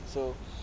so